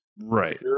Right